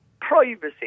privacy